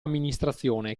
amministrazione